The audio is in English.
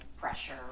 pressure